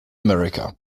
america